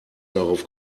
darauf